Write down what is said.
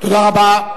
תודה רבה.